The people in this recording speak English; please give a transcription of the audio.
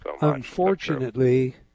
Unfortunately